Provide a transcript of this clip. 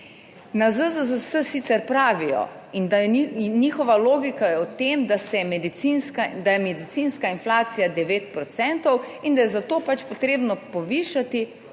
Na ZZZS sicer pravijo in njihova logika je v tem, da se je medicinska inflacija 9 %, in da je za to pač potrebno povišati